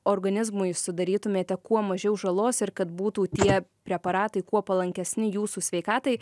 organizmui sudarytumėte kuo mažiau žalos ir kad būtų tie preparatai kuo palankesni jūsų sveikatai